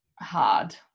hard